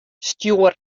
stjoer